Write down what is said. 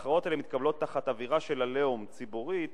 ההכרעות האלה מתקבלות באווירה של "עליהום" ציבורית,